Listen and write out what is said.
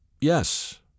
yes